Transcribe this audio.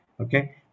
Okay